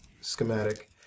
schematic